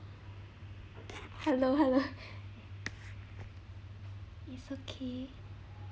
hello hello it's okay